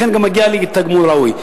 לכן גם מגיע לי תגמול ראוי.